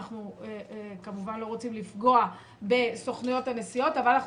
אנחנו כמובן לא רוצים לפגוע בסוכנויות הנסיעות אבל אנחנו